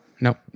Nope